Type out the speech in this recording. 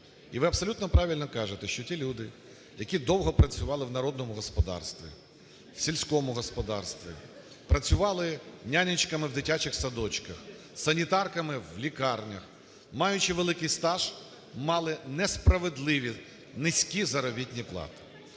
І ви абсолютно правильно кажете, що ті люди, які довго працювали в народному господарстві, в сільському господарстві, працювали нянечками в дитячих садочках, санітарками в лікарнях, маючи великий стаж, мали несправедливі низькі заробітні плати.